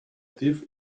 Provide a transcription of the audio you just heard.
tief